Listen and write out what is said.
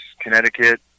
Connecticut